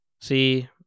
See